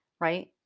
Right